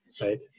right